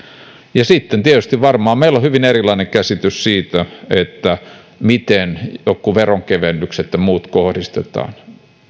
sitten tietysti varmaan meillä on hyvin erilainen käsitys siitä miten jotkut veronkevennykset ja muut kohdistetaan